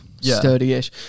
sturdy-ish